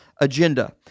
agenda